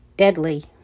deadly